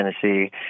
tennessee